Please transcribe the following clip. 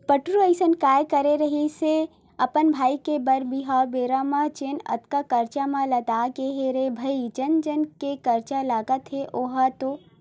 पलटू अइसन काय करे रिहिस हे अपन भाई के बर बिहाव बेरा म जेनहा अतका करजा म लद गे हे रे भई जन जन के करजा लगत हे ओहा तो